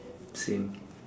same